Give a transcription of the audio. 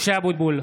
(קורא בשמות חברי הכנסת) משה אבוטבול,